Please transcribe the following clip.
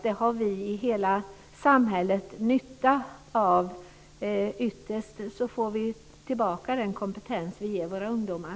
Det har vi i hela samhället nytta av. Ytterst får vi tillbaka den kompetens vi ger våra ungdomar.